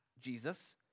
Jesus